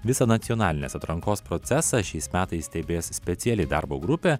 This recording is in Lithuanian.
visą nacionalinės atrankos procesą šiais metais stebės speciali darbo grupė